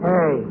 Hey